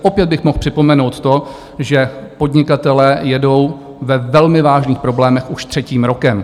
Opět bych mohl připomenout to, že podnikatelé jedou ve velmi vážných problémech už třetím rokem.